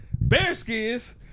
Bearskins